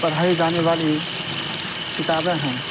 پڑھائی جانے والی کتابیں ہیں